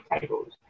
tables